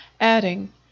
adding